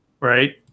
right